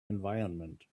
environment